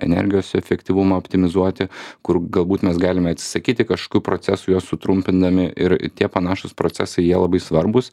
energijos efektyvumą optimizuoti kur galbūt mes galime atsisakyti kažkokių procesų juos sutrumpindami ir tie panašūs procesai jie labai svarbūs